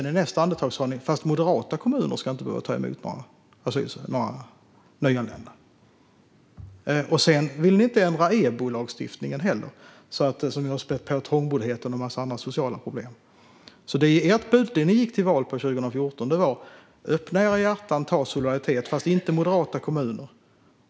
I nästa andetag sa ni att moderata kommuner inte ska behöva ta emot några nyanlända. Sedan vill ni inte ändra EBO-lagstiftningen heller, som har spätt på trångboddheten och en massa andra sociala problem. Det som ni gick till val på 2014 var: Öppna era hjärtan och var solidariska. Men det gällde inte moderata kommuner.